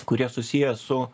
kurie susiję su